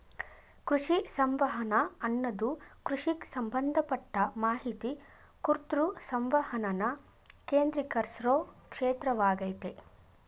ಕೃಷಿ ಸಂವಹನ ಅನ್ನದು ಕೃಷಿಗ್ ಸಂಬಂಧಪಟ್ಟ ಮಾಹಿತಿ ಕುರ್ತು ಸಂವಹನನ ಕೇಂದ್ರೀಕರ್ಸೊ ಕ್ಷೇತ್ರವಾಗಯ್ತೆ